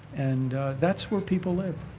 and that's where people live